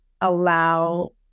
allow